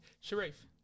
Sharif